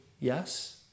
yes